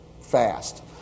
fast